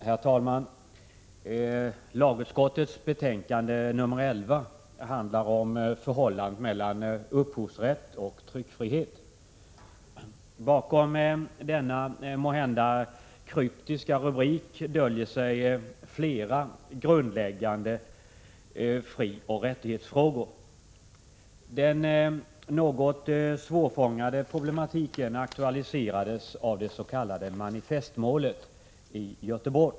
Herr talman! Lagutskottets betänkande 11 handlar om förhållandet mellan upphovsrätt och tryckfrihet. Bakom denna måhända kryptiska rubrik döljer sig flera grundläggande frioch rättighetsfrågor. Den något svårfångade problematiken aktualiserades av det s.k. manifestmålet i Göteborg.